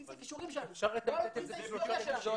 על בסיס הכישורים שלנו ולא על בסיס ההיסטוריה שלנו.